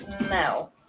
No